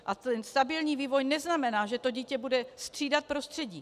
A ten stabilní vývoj neznamená, že dítě bude střídat prostředí.